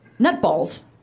Nutballs